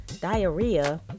diarrhea